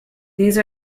these